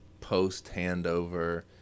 post-handover